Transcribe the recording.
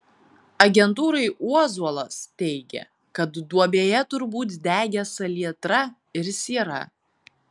agentūrai uozuolas teigė kad duobėje turbūt degė salietra ir siera